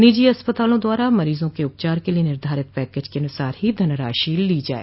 निजी अस्पतालों द्वारा मरोजों के उपचार के लिए निर्धारित पैकेज के अनुसार ही धनराशि ली जाय